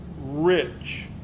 rich